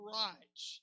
rights